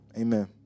Amen